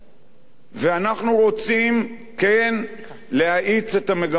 ואנחנו רוצים כן להאיץ את המגמות האלה.